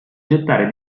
gettare